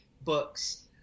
books